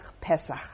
Pesach